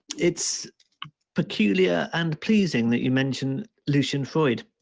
it's peculiar and pleasing that you mentioned lucian freud.